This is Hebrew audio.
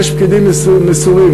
יש פקידים מסורים,